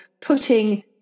putting